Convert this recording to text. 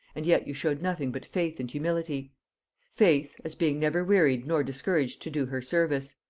and yet you showed nothing but faith and humility faith, as being never wearied nor discouraged to do her service,